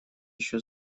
еще